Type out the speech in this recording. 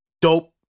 Dope